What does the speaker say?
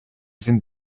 sind